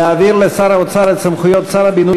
להעביר לשר האוצר את סמכויות שר הבינוי